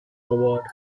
award